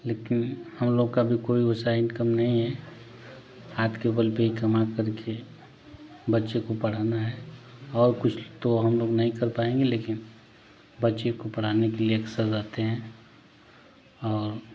लेकिन हम लोग का भी कोई वैसा इनकम नहीं है हाथ के बल पे ही कमाकर के बच्चे को पढ़ाना है और कुछ तो हम लोग नहीं कर पाएँगे लेकिन बच्चे को पढ़ाने के लिए अक्सर रहते हैं और